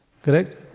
Correct